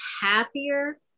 happier